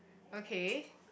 okay